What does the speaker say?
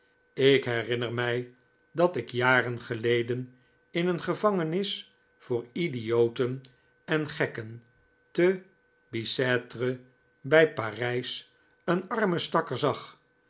ik herinner mij dat ik jaren geleden in een gevangenis voor idioten en gekken te bicetre bij parijs een armen stakker zag